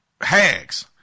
hags